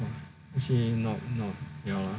actually not not ya lah